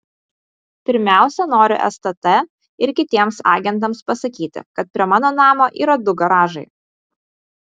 pirmiausia noriu stt ir kitiems agentams pasakyti kad prie mano namo yra du garažai